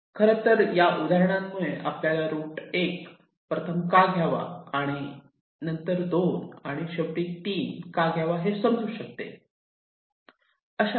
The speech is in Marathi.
खरंतर या उदाहरणांमुळे आपल्याला रूट 1 प्रथम का घ्यावा नंतर 2 आणि शेवटी 3 का घ्यावा समजू शकते